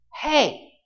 Hey